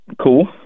Cool